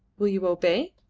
will you obey?